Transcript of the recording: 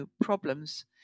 problems